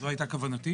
זו הייתה כוונתי.